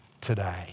today